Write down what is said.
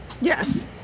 yes